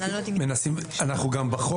בוא